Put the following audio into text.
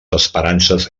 esperances